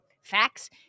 facts